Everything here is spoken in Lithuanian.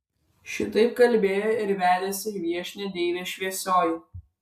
šitaip kalbėjo ir vedėsi viešnią deivė šviesioji